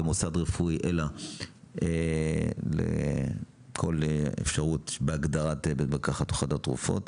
אלא כול אפשרות בהגדרת בית מרקחת או חדר תרופות